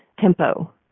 tempo